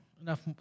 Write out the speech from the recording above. enough